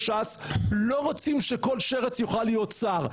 ש"ס לא רוצים שכל שרץ יוכל להיות שר.